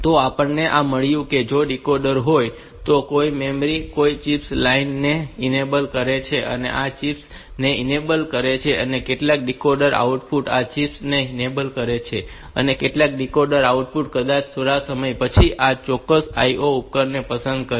તો આપણને આ મળ્યું છે કે જો આ ડીકોડર હોય તો કોઈક મેમરી કોઈક ચિપ્સ લાઇન ને ઇનેબલ કરે છે તેઓ આ ચિપ્સ ને ઇનેબલ કરે છે અને કેટલાક ડીકોડર આઉટપુટ આ ચિપ્સ ને ઇનેબલ કરે છે અને કેટલાક ડીકોડર આઉટપુટ કદાચ થોડા સમય પછી આ ચોક્કસ IO ઉપકરણને પસંદ કરી શકે છે